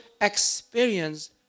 experience